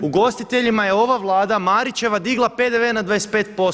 Ugostiteljima je ova Vlada Marićeva digla PDV na 25%